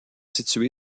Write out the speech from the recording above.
située